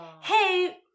hey